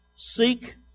Seek